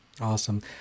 awesome